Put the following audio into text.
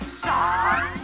song